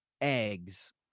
eggs